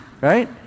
right